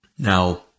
Now